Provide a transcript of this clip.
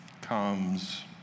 comes